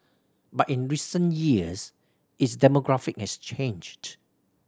but in recent years its demographic has changed